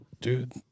Dude